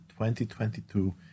2022